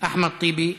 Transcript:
אחמד טיבי.